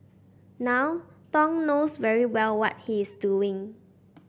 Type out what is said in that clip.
now Thong knows very well what he's doing